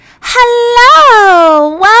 Hello